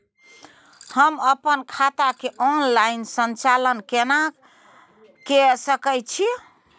हम अपन खाता के ऑनलाइन संचालन केना के सकै छी?